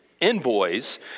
envoys